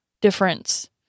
difference